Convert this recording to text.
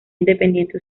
independiente